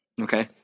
Okay